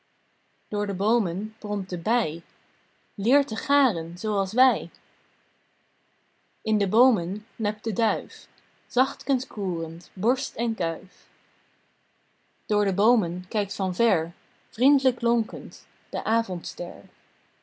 door de boomen bromt de bij leer te gâren zooals wij in de boomen nebt de duif zachtkens koerend borst en kuif door de boomen kijkt van ver vriend'lijk lonkend de avondster